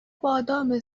بادام